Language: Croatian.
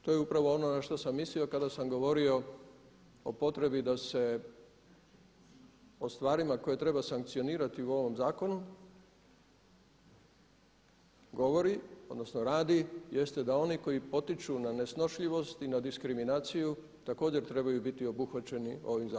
To je upravo ono na što sam mislio kada sam govorio o potrebi da se o stvarima koje treba sankcionirati u ovom zakonu govori, odnosno radi jeste da oni koji potiču na nesnošljivost na diskriminaciju također treba biti obuhvaćeni ovim zakonom.